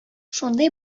шундый